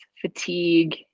fatigue